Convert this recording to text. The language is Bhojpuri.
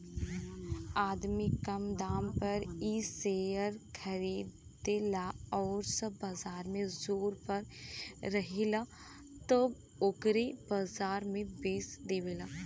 आदमी कम दाम पर इ शेअर खरीदेला आउर जब बाजार जोर पर रहेला तब ओके बाजार में बेच देवेला